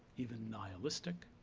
even nihilistic.